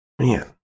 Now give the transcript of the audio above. Man